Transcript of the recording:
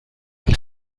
die